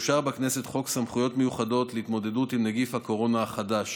אושר בכנסת חוק סמכויות מיוחדות להתמודדות עם נגיף הקורונה החדש,